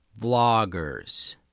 vloggers